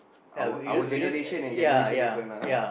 our our generation and generation different lah ah